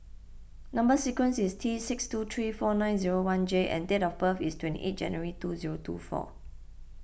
Number Sequence is T six two three four nine zero one J and date of birth is twenty eight January two zero two four